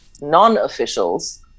non-officials